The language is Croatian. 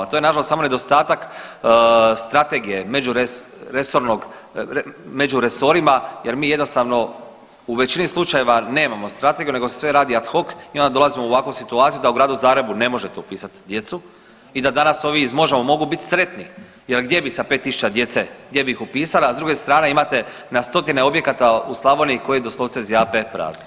To je nažalost samo nedostatak strategije međuresornog među resorima jer mi jednostavno u većini slučajeva nemamo strategiju nego sve radi ad hoc i onda dolazimo u ovakvu situaciju da u Gradu Zagrebu ne možete upisat djecu i da danas ovi iz Možemo! mogu bit sretni jer gdje bi sa 5.000 djece gdje bi ih upisala, a s druge imate na stotine objekata u Slavoniji koji doslovce zjape prazni.